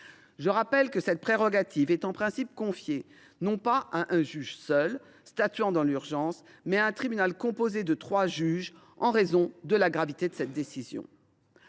Je rappelle que cette prérogative est en principe confiée non pas à un juge seul, statuant dans l’urgence, mais à un tribunal composé de trois juges, en raison de la gravité de cette décision.